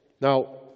Now